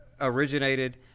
originated